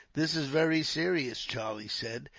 this is very serious, charlie said,